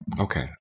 Okay